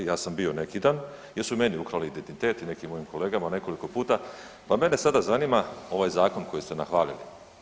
Ja sam bio neki dan jer su meni ukrali identitet i nekim mojim kolegama nekoliko puta, pa mene sada zanima ovaj zakon koji ste nahvalili.